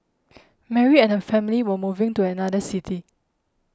Mary and her family were moving to another city